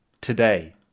today